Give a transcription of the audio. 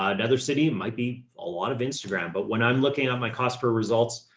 ah another city might be a lot of instagram, but when i'm looking at my cost per results,